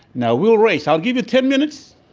now we will race. i'll give you ten minutes